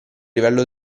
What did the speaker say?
livello